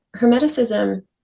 Hermeticism